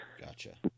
Gotcha